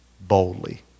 boldly